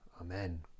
Amen